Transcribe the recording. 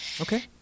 okay